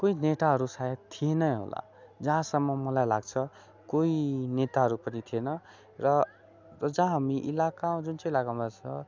कोही नेताहरू सायद थिएनै होला जहाँसम्म मलाई लाग्छ कोही नेताहरू पनि थिएन र जहाँ हामी इलाकामा जुन चाहिँ इलाकामा छ